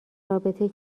رابطه